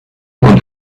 und